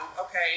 okay